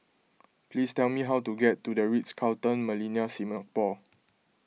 please tell me how to get to the Ritz Carlton Millenia Singapore